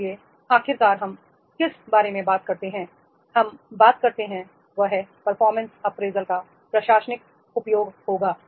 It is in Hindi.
इसलिए आखिरकार हम किस बारे में बात करते हैं हम बात करते हैं वह है परफॉर्मेंस अप्रेजल का प्रशासनिक उपयोग होगा